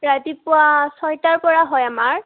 ৰাতিপুৱা ছয়টাৰপৰা হয় আমাৰ